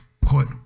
put